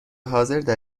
حاضردر